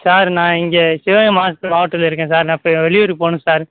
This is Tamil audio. சார் நான் இங்கே சிவகங்கை மா மாவட்டத்தில் இருக்கேன் சார் நான் இப்போ வெளியூர் போகணும் சார்